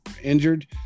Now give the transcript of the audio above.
injured